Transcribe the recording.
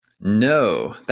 No